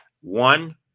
one